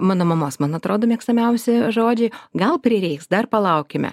mano mamos man atrodo mėgstamiausi žodžiai gal prireiks dar palaukime